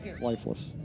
lifeless